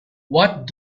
what